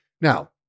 Now